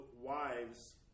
wives